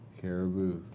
Caribou